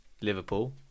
Liverpool